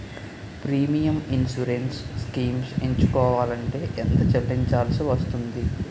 Premium insurance schemes ఎంచుకోవలంటే ఎంత చల్లించాల్సివస్తుంది??